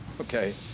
okay